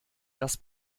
das